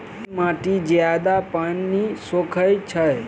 केँ माटि जियादा पानि सोखय छै?